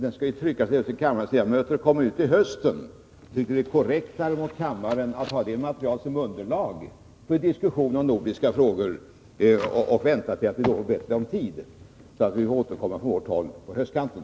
Den tryckta upplagan kommer till hösten. Jag tycker att det är korrekt mot kammaren att vänta tills vi har det materialet som underlag för diskussion om nordiska frågor — och har mer tid. Vi får alltså återkomma från vårt håll på höstkanten.